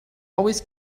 always